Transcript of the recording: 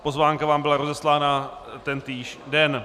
Pozvánka byla rozeslána tentýž den.